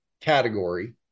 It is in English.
category